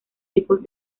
tipos